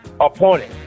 appointed